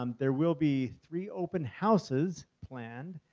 um there will be three open houses planned,